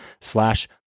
slash